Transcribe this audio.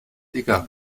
egal